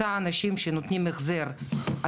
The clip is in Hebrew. אותם אנשים שנותנים החזר,